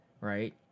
right